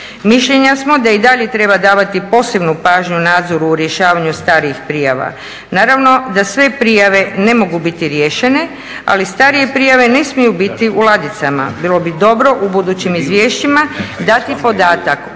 Mišljenja smo da i dalje treba davati posebnu pažnju nadzoru u rješavanju starijih prijava. Naravno da sve prijave ne mogu biti rješenje, ali starije prijave ne smiju biti u ladicama, bilo bi dobro u budućim izvješćima dati podatak